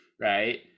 right